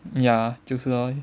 ya 就是 lor